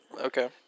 Okay